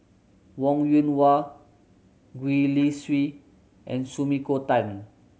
Wong Yoon Wah Gwee Li Sui and Sumiko Tan